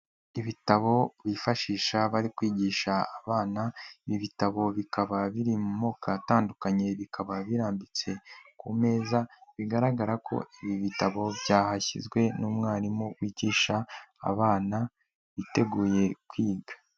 Ibitabo bifashisha bari kwigisha abana, ibi bitabo bikaba biri mu moko atandukanye, bikaba birambitse ku meza, bigaragara ko ibi bitabo byahashyizwe n'umwarimu wigisha abana biteguye kwiga.